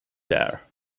there